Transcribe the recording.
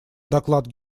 доклад